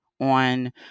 on